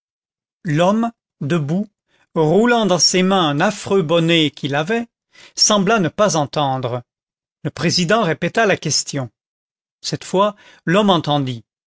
l'homme debout roulant dans ses mains un affreux bonnet qu'il avait sembla ne pas entendre le président répéta la question cette fois l'homme entendit